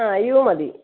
ആ യു മതി